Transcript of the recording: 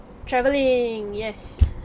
travelling yes